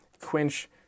quench